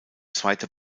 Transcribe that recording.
zweite